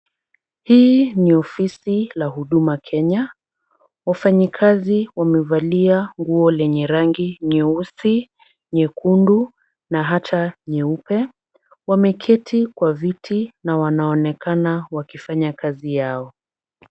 Hii ni ofisi la Huduma Kenya ,wafanyikazi wamevalia nguo lenye rangi nyeusi nyekundu na ata nyeupe wameketi kwa viti na wanaonekana wakifanya kazi yao .